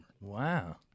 Wow